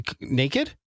naked